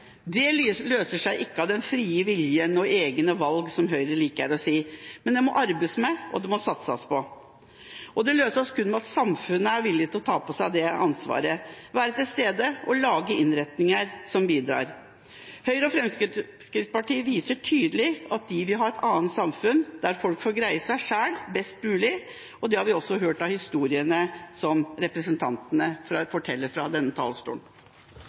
løser seg ikke av den frie viljen og egne valg, som Høyre liker å si, dette må arbeides med og satses på. Dette løses kun ved at samfunnet er villig til å ta på seg det ansvaret, være til stede og lage innretninger som bidrar. Høyre og Fremskrittspartiet viser tydelig at de vil ha et annet samfunn der folk får greie seg selv best mulig. Det har vi også hørt av historiene som representantene har fortalt fra denne talerstolen.